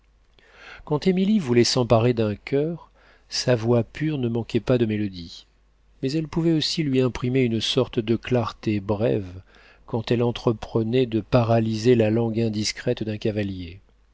émilie voulait s'emparer d'un coeur sa voix pure ne manquait pas de mélodie mais elle pouvait aussi lui imprimer une sorte de clarté brève quand elle entreprenait de paralyser la langue indiscrète d'un cavalier